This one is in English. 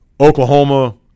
Oklahoma